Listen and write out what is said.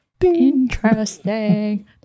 Interesting